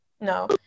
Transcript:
No